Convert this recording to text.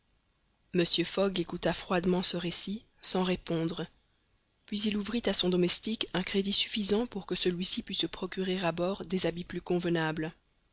yokohama mr fogg écouta froidement ce récit sans répondre puis il ouvrit à son domestique un crédit suffisant pour que celui-ci pût se procurer à bord des habits plus convenables